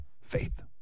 Faith